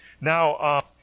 Now